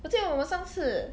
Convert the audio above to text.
我记得我们上次